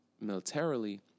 militarily